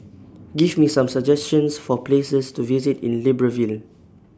Give Me Some suggestions For Places to visit in Libreville